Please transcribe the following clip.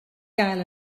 gael